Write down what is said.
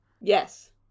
Yes